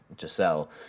Giselle